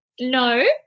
No